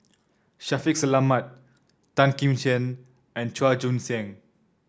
Shaffiq Selamat Tan Kim Tian and Chua Joon Siang